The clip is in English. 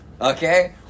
Okay